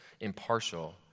impartial